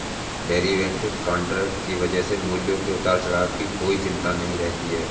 derivative contract की वजह से मूल्यों के उतार चढ़ाव की कोई चिंता नहीं रहती है